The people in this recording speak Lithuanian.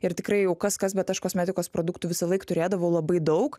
ir tikrai jau kas kas bet aš kosmetikos produktų visąlaik turėdavau labai daug